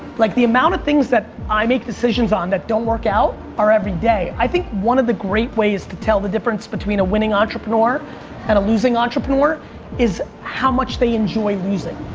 like the amount of things that i make decisions on that don't work out are every day. i think one of the great ways to tell the difference between a winning entrepreneur and a losing entrepreneur is how much they enjoy music.